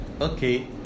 okay